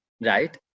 right